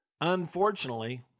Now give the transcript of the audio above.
Unfortunately